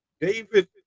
David